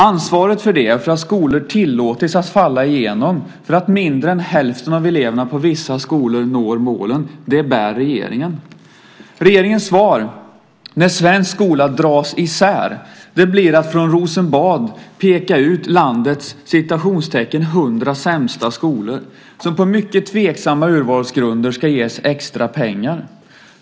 Ansvaret för att skolor har tillåtits att falla igenom, för att mindre än hälften av eleverna på vissa skolor når målen, bär regeringen. Regeringens svar när svensk skola dras isär blir att från Rosenbad peka ut landets hundra sämsta skolor som på mycket tveksamma urvalsgrunder ska ges extra pengar.